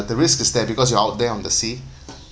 the risk is there because you're out there on the sea